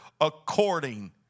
according